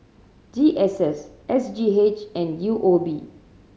G S S S G H and U O B